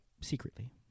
Secretly